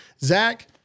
Zach